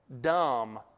dumb